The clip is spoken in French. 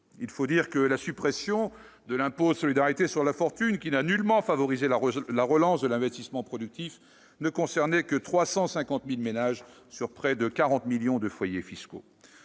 Il faut dire que la suppression de l'impôt de solidarité sur la fortune, qui n'a nullement favorisé la relance de l'investissement productif, ne concernait que 350 000 ménages sur près de 40 millions de foyers fiscaux.